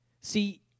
see